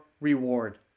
reward